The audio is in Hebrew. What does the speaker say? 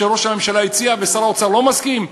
שראש הממשלה הציע ושר האוצר לא מסכים?